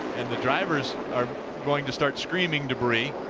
and the drives are going to start screaming debris,